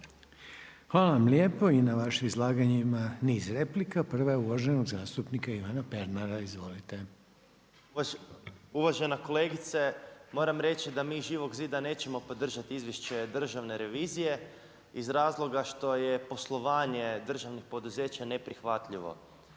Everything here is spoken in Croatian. Hvala. I na vaše izlaganje ima niz replika. Prva je uvaženi zastupnika Ivana Pernara. Izvolite. **Pernar, Ivan (Živi zid)** Uvažena kolegice, moram reći da mi iz Živog zida nećemo podržati izvješće Državne revizije, iz razloga što je poslovanje državnih poduzeća neprihvatljivo.